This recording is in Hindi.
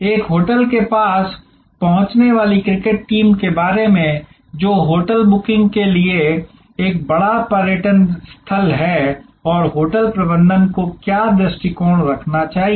एक होटल के पास पहुंचने वाली क्रिकेट टीम के बारे में जो होटल बुकिंग के लिए एक बड़ा पर्यटन स्थल है और होटल प्रबंधन को क्या दृष्टिकोण रखना चाहिए